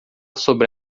sobre